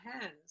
hands